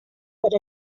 per